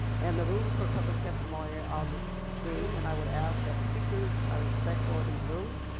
and the rules for public testimony are on the screen and i would ask that speakers are respectful of these rules.